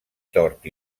tort